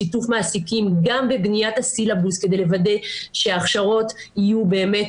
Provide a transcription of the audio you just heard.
שיתוף מעסיקים גם בבניית הסילבוס כדי לוודא שההכשרות יהיו באמת